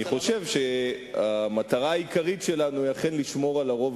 אני חושב שהמטרה העיקרית שלנו היא אכן לשמור על הרוב